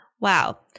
Wow